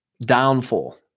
downfall